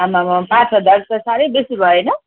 आम्माम् आम्माम् पाँच हजार त साह्रै बेसी भएन